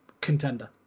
contender